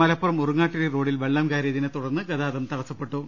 Malappuram Urangattiri റോഡിൽ വെളളം കയറിയതിനെ തുടർന്ന് ഗതാഗതം തടസ്സപ്പെട്ടു